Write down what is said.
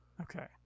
Okay